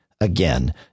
again